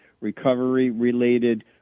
recovery-related